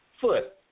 foot